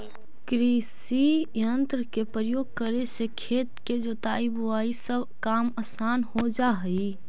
कृषियंत्र के प्रयोग करे से खेत के जोताई, बोआई सब काम असान हो जा हई